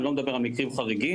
אני לא מדבר על מקרים חריגים,